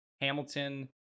Hamilton